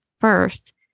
first